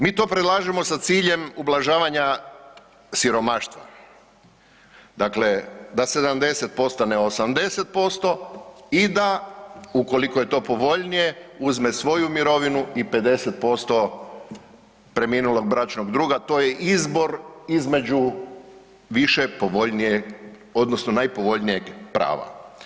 Mi to predlažemo sa ciljem ublažavanja siromaštva, dakle da 70 postane 80% i da ukoliko je to povoljnije uzme svoju mirovinu i 50% preminulog bračnog druga, to je izbor između više povoljnije odnosno najpovoljnijeg prava.